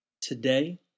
today